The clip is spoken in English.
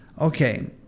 Okay